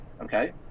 Okay